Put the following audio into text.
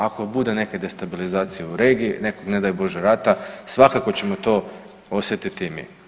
Ako bude neke destabilizacije u regiji, nekog ne daj Bože rata svakako ćemo to osjetiti i mi.